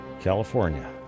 California